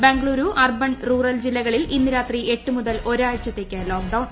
Bengaluru urban rural ജില്ലകളിൽ ഇന്ന് രാത്രി എട്ട് മുതൽ ഒരാഴ്ചത്തേക്ക് ലോക്ഡൌൺ